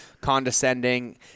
condescending